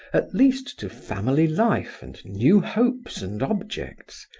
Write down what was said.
at least to family life and new hopes and objects,